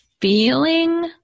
feeling